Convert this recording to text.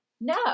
no